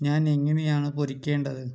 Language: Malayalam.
ഞാൻ എങ്ങനെയാണ് പൊരിക്കേണ്ടത്